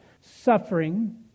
suffering